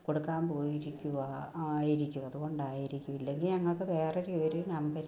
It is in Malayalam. കൊടുക്കാൻ പോയിരിക്കുവാ ആയിരിക്കും അതുകൊണ്ടായിരിക്കും ഇല്ലെങ്കിൽ ഞങ്ങൾക്ക് വേറെ ഒരു നമ്പര്